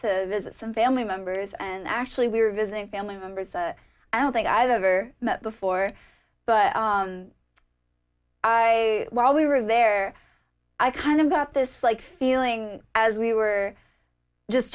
to visit some family members and actually we were visiting family members i don't think i've ever met before but i while we were there i kind of got this like feeling as we were just